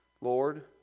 Lord